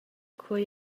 quei